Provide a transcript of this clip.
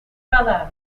radar